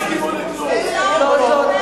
ירושלים,